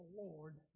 Lord